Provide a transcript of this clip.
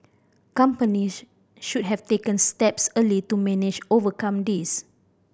companies should have taken steps early to manage overcome this